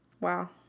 Wow